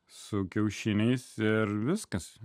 su kiaušiniais ir viskas